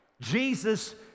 Jesus